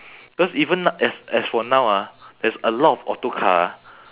because even as as for now ah there's a lot of auto car